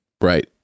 Right